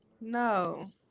no